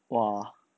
!wah!